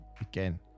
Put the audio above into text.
again